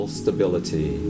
stability